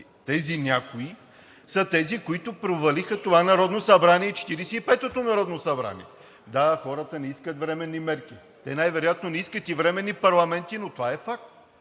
Тези някои са тези, които провалиха това Народно събрание, и 45-ото народно събрание. Да, хората не искат временни мерки, те най-вероятно не искат и временни парламенти, но това е факт.